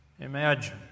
Imagine